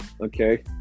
okay